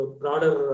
broader